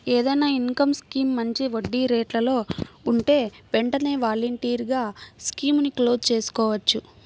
ఏదైనా income scheme మంచి వడ్డీరేట్లలో ఉంటే వెంటనే వాలంటరీగా స్కీముని క్లోజ్ చేసుకోవచ్చు